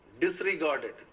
disregarded